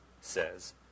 says